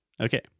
Okay